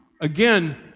again